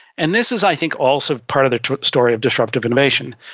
and this is i think also part of the story of disruptive innovation.